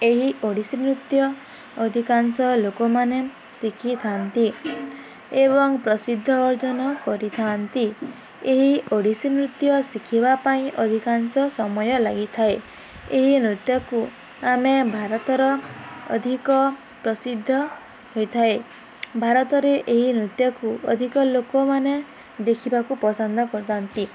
ଏହି ଓଡ଼ିଶୀ ନୃତ୍ୟ ଅଧିକାଂଶ ଲୋକମାନେ ଶିଖିଥାନ୍ତି ଏବଂ ପ୍ରସିଦ୍ଧ ଅର୍ଜନ କରିଥାନ୍ତି ଏହି ଓଡ଼ିଶୀ ନୃତ୍ୟ ଶିଖିବା ପାଇଁ ଅଧିକାଂଶ ସମୟ ଲାଗିଥାଏ ଏହି ନୃତ୍ୟକୁ ଆମେ ଭାରତର ଅଧିକ ପ୍ରସିଦ୍ଧ ହୋଇଥାଏ ଭାରତରେ ଏହି ନୃତ୍ୟକୁ ଅଧିକ ଲୋକମାନେ ଦେଖିବାକୁ ପସନ୍ଦ କରିଥାନ୍ତି